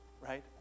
right